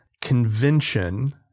convention